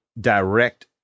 direct